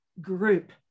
group